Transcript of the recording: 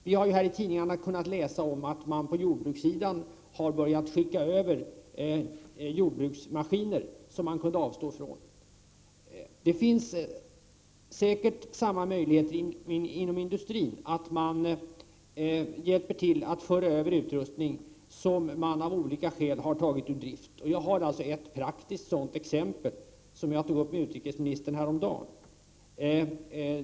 Vi har ju i tidningarna kunna läsa om att man på jordbrukssidan har börjat skicka över jordbruksmaskiner som man kunde avstå från. Det finns säkert samma möjligheter inom industrin — att man hjälper till att föra över utrustning som man av olika skäl har tagit ur drift. Jag har ett konkret exempel som jag tog upp med utrikesministern häromdagen.